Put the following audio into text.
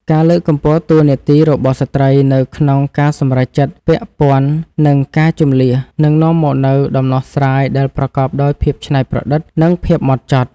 ការលើកកម្ពស់តួនាទីរបស់ស្ត្រីនៅក្នុងការសម្រេចចិត្តពាក់ព័ន្ធនឹងការជម្លៀសនឹងនាំមកនូវដំណោះស្រាយដែលប្រកបដោយភាពច្នៃប្រឌិត និងភាពហ្មត់ចត់។